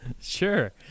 Sure